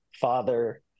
father